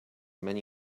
many